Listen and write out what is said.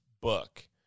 book